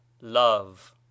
love